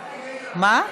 מה?